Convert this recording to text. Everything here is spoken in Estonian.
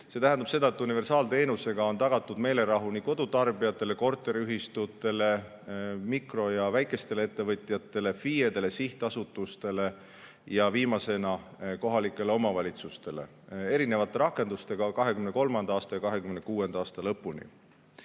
See tähendab seda, et universaalteenusega on tagatud meelerahu kodutarbijatele, korteriühistutele, mikro‑ ja väikestele ettevõtjatele, FIE-dele, sihtasutustele ja viimasena ka kohalikele omavalitsustele erinevate rakendustega 2023. aasta ja 2026. aasta lõpuni.